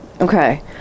Okay